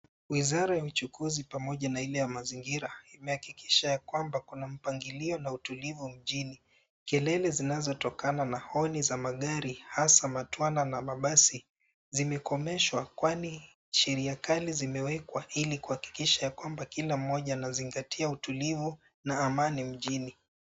Wizara ya uchunguzi pamoja na ile ya mazingira imehakikisha ya kwamba kuna mpangilio na utulivu mjini. Kelele zinazotokana na honi za magari hasa matwana na mabasi zimekomeshwa kwani sheria kali zimewekwa ili kuhakikisha ya kwamba kila mmoja anazingatia utulivu na amani mjini.